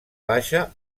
baixa